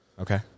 Okay